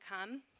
come